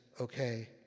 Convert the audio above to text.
okay